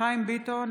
חיים ביטון,